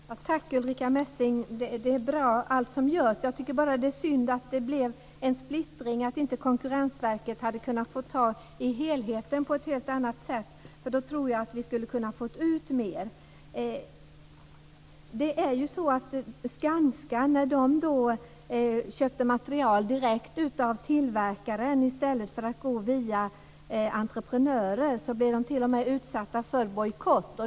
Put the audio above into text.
Fru talman! Tack, Ulrica Messing! Allt som görs är bra. Jag tycker bara att det är synd att det blev en splittring och att Konkurrensverket inte på ett helt annat sätt kunde få ta ett helt annat helhetsgrepp. Jag tror att vi då skulle ha kunnat få ut mer. När Skanska köpte material direkt från tillverkaren i stället för att gå via entreprenörer blev företaget t.o.m. utsatt för bojkott.